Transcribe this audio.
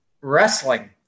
wrestling